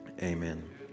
amen